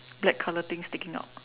black color thing sticking out